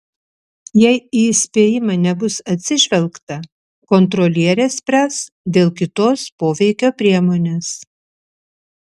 jei į įspėjimą nebus atsižvelgta kontrolierė spręs dėl kitos poveikio priemonės